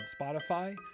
Spotify